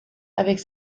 avec